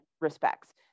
respects